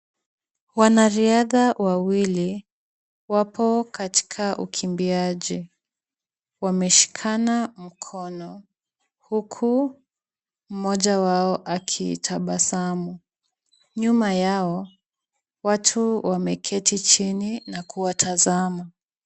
Wanariadha wawili, wapo katika ukimbiaji. Wameshikana mkono, huku mmoja wao akitabasamu. Nyuma yao, watu wameketi na kuwatazama.